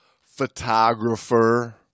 Photographer